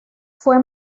fue